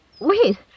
Wait